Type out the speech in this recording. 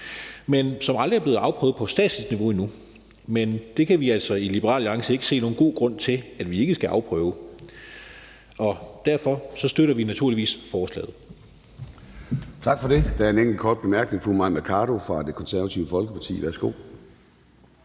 men som aldrig er blevet afprøvet på statsligt niveau endnu, men vi i Liberal Alliance kan altså ikke se nogen god grund til, at vi ikke skal afprøve det. Derfor støtter vi naturligvis forslaget. Kl. 12:05 Formanden (Søren Gade): Tak for det. Der er en enkelt kort bemærkning fra fru Mai Mercado fra Det Konservative Folkeparti. Værsgo.